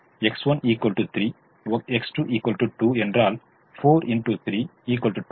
எனவே X1 3 X2 2 என்றால் 12 10 22